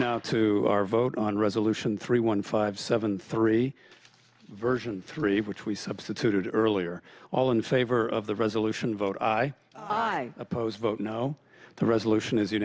now to vote on resolution three one five seven three version three which we substituted earlier all in favor of the resolution vote i oppose vote no the resolution is